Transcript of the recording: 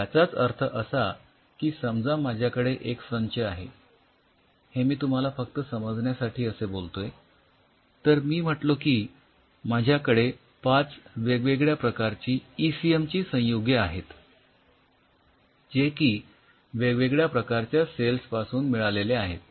याचाच अर्थ असा की समजा माझ्याकडे एक संच आहे हे मी तुम्हाला फक्त समजण्यासाठी असे बोलतोय तर मी म्हटलो की माझ्याकडे ५ वेगवेगळ्या प्रकारची ईसीएम ची संयुगे आहेत जे की वेगवेगळ्या प्रकारच्या सेल्स पासून मिळालेले आहेत